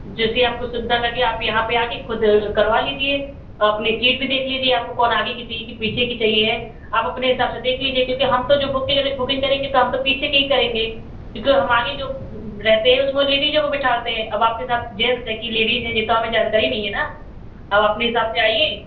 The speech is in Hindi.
जैसी आपको सुविधा लगे आप यहाँ पर आके खुद करवा लीजिए तो अपनी सीट भी देख लीजिए आपको कौन आगे की चाहिए कि पीछे की चाहिए है आप अपने हिसाब से देख लीजिए क्योंकि हम तो जो बुकिंग बुकिंग करेंगे तो हम तो पीछे के ही करेंगे क्योंकि हम आगे जो रहते हैं उसमें वो लेडीजों को बिठाते हैं अब आपके साथ जैंट्स हैं के लेडीज हैं ये तो हमें जानकारी नहीं है ना आप अपने हिसाब से आइए